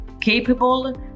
capable